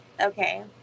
Okay